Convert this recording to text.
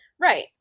Right